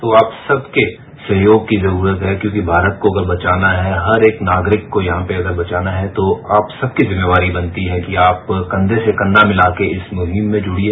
तो आप सब के सहयोग की जरूरत है क्योंकि भारत को अगर बचाना है हर एक नागरिक को यहां पर अगर बचाना है तो आप सबकी जिम्मेदारी बनती है कि आप कंधे से कंधा मिलाकर इस मुहिम में जुडिए